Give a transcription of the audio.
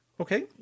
Okay